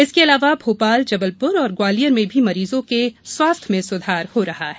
इसके अलावा भोपाल जबलपुर और ग्वालियर में भी मरीजों के स्वास्थ्य में सुधार हो रहा है